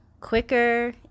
quicker